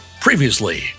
previously